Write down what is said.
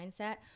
mindset